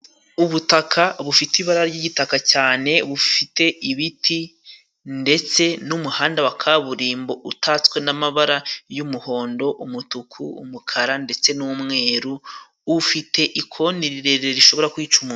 Ubutaka bufite ibara ry'itaka cyane, bufite ibiti, ndetse n'umuhanda wa kaburimbo utatswe n'amabara y' umuhondo, umutuku, umukara, ndetse n' umweru, ufite ikoni rirerire rishobora kwica umuntu.